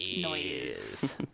Noise